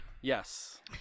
Yes